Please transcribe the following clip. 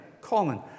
common